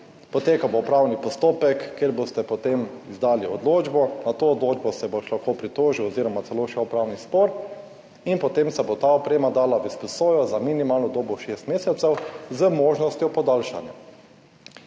Potekal bo upravni postopek, kjer boste potem izdali odločbo, na to odločbo se boš lahko pritožil oziroma celo šel v upravni spor. In potem se bo ta oprema dala v presojo za minimalno dobo 6 mesecev z možnostjo podaljšanja.